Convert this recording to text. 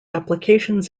applications